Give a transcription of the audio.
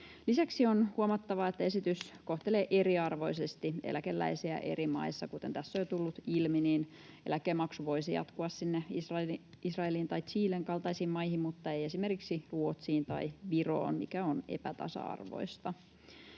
Lisäksi on huomattava, että esitys kohtelee eriarvoisesti eläkeläisiä eri maissa. Kuten tässä on jo tullut ilmi, eläkemaksu voisi jatkua Israelin tai Chilen kaltaisiin maihin mutta ei esimerkiksi Ruotsiin tai Viroon, mikä on epätasa-arvoista.